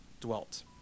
dwelt